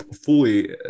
fully